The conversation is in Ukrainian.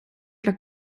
для